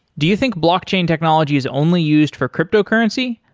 do you think blockchain technology is only used for cryptocurrency?